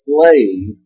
slave